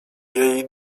jej